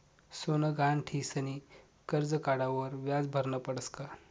सोनं गहाण ठीसनी करजं काढावर व्याज भरनं पडस का?